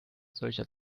solcher